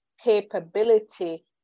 capability